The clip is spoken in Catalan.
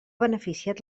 beneficiat